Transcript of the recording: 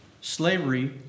slavery